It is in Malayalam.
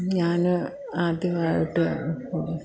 ഞാൻ ആദ്യമായിട്ട്